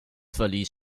verließ